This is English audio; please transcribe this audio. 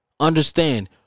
Understand